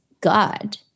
God